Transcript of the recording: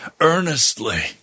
earnestly